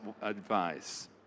advice